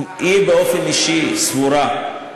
היא באופן אישי סבורה,